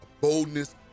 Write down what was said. boldness